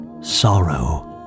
sorrow